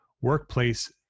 Workplace